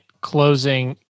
closing